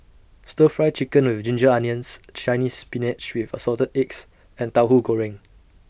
Stir Fry Chicken with Ginger Onions Chinese Spinach with Assorted Eggs and Tauhu Goreng